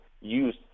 use